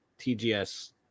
tgs